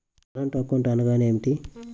Current account అనగా ఏమిటి?